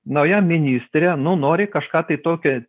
nauja ministrė nu nori kažką tai tokio